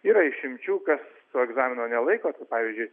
yra išimčių kas to egzamino nelaiko pavyzdžiui